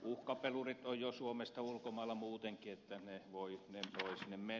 uhkapelurit ovat jo suomesta ulkomailla muutenkin että he voivat sinne mennä